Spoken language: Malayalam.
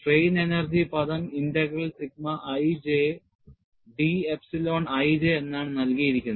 സ്ട്രെയിൻ എനർജി പദം integral sigma ij d epsilon ij എന്നാണ് നൽകിയിരിക്കുന്നത്